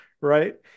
right